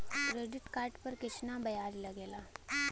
Credit card पर कितना ब्याज लगेला?